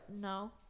No